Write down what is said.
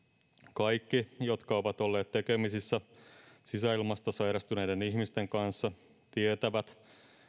kaikki jotka ovat olleet tekemisissä sisäilmasta sairastuneiden ihmisten kanssa tietävät